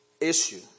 issue